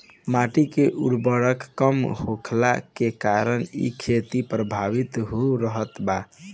माटी के उर्वरता कम होखला के कारण इ खेती प्रभावित हो रहल बा